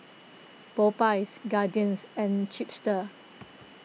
Popeyes Guardians and Chipster